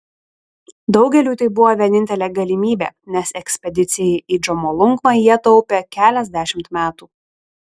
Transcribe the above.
daugeliui tai buvo vienintelė galimybė nes ekspedicijai į džomolungmą jie taupė keliasdešimt metų